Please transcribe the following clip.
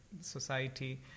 society